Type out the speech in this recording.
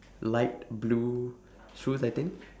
light blue shoes I think